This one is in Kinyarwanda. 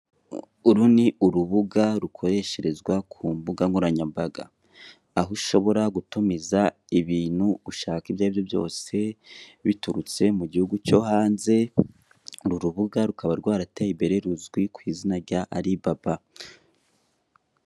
Uru ni urubuga rukoresherezwa ku mbuga nkoranyambaga, aho ushobora gutumiza ibintu ushaka ibyo ari byo byose biturutse mu gihugu cyo hanze, uru rubuga rukaba rwarateye imbere ruzwi ku izina rya Alibaba.